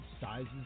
sizes